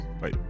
Bye